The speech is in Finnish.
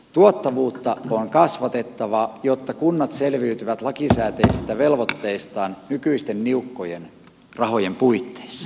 tuottavuutta on kasvatettava jotta kunnat selviytyvät lakisääteisistä velvoitteistaan nykyisten niukkojen rahojen puitteissa